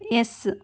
yes